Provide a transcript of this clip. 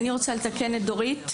אני רוצה לתקן את דורית,